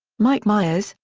mike myers,